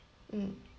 mm